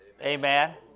Amen